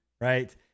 right